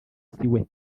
siwe